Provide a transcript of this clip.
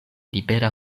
libera